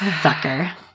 Sucker